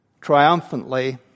triumphantly